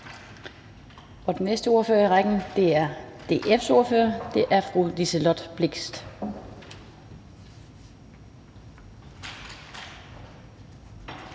Den næste ordfører i rækken er DF's ordfører, og det er fru Liselott Blixt.